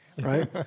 right